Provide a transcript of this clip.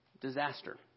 disaster